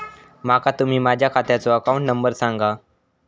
माका तुम्ही माझ्या खात्याचो अकाउंट नंबर सांगा?